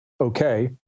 okay